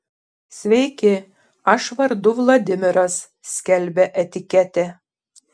sveiki aš vardu vladimiras skelbia etiketė